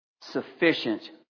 sufficient